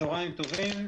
צוהריים טובים.